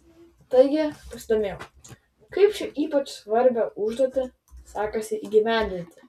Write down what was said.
taigi pasidomėjau kaip šią ypač svarbią užduotį sekasi įgyvendinti